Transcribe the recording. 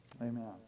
Amen